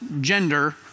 gender